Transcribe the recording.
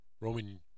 Roman